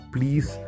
Please